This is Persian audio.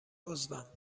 عضوم